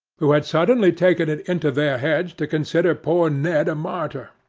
who had suddenly taken it into their heads to consider poor ned a martyr.